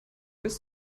bis